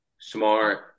smart